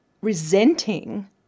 resenting